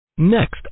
Next